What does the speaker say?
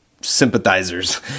sympathizers